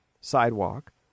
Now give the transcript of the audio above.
sidewalk